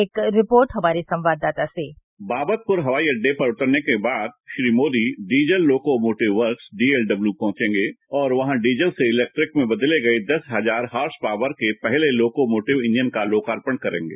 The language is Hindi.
एक रिपोर्ट हमारे संवाददाता से बावतपुर हवाई अड़डे पर उतरने के बाद Shri Modi diesel locomotive works DLW पहुंचेगें और वहां डीजल से इलेक्ट्रिक में बदले गये दस हजार हार्सपॉवर के पहले लोकोमोटिव इंजन का लोकार्पण करेंगे